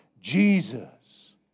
Jesus